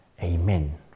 Amen